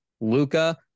Luca